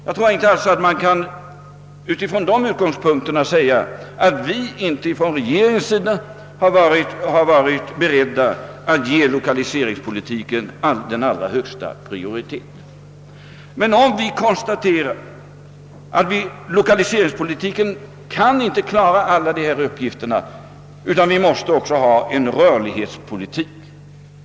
Jag tror allt så inte att någon kan säga att regeringen inte varit beredd att ge lokaliseringspolitiken hög prioritet. Genom lokaliseringspolitiken kan vi dock inte klara alla uppgifter, utan vi måste också ha en rörlighetspolitik.